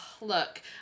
look